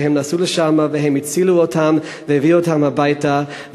והם נסעו לשם והם הצילו אותם והביאו אותם הביתה.